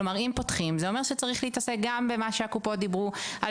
כלומר אם פותחים זה אומר שצריך להתעסק גם במה שהקופות דיברו על